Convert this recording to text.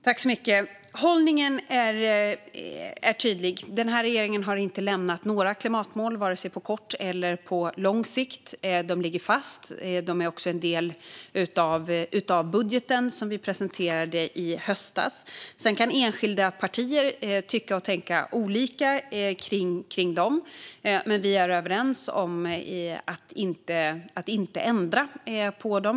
Fru talman! Hållningen är tydlig. Regeringen har inte lämnat några klimatmål på vare sig kort eller lång sikt. De ligger fast. De är också en del av budgeten som vi presenterade i höstas. Sedan kan enskilda partier tänka och tycka olika om dem. Men vi är överens om att inte ändra på dem.